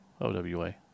OWA